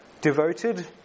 devoted